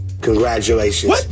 Congratulations